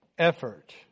Effort